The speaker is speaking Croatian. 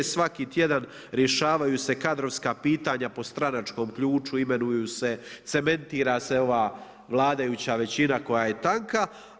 Svaki tjedan rješavaju se kadrovska pitanja po stranačkom ključu, imenuje se, cementira se ova vladajuća većina koja je tanka.